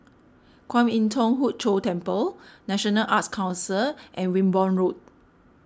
Kwan Im Thong Hood Cho Temple National Arts Council and Wimborne Road